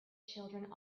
children